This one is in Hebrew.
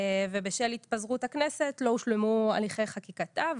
ובשל התפזרות הכנסת לא הושלמו הליכי חקיקתה,